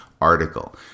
article